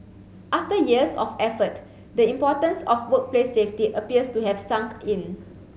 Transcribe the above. after years of effort the importance of workplace safety appears to have sunk in